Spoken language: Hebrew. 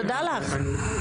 תודה לך.